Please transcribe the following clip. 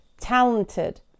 talented